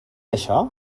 això